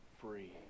free